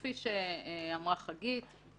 כפי שאמרה חגית,